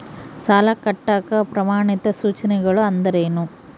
ಸಾಲ ಕಟ್ಟಾಕ ಪ್ರಮಾಣಿತ ಸೂಚನೆಗಳು ಅಂದರೇನು?